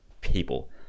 people